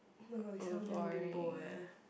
oh-my-god we sound damn bimbo leh